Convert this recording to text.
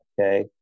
okay